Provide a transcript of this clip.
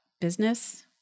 business